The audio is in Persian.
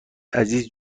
عزیز